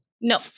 No